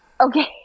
okay